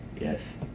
yes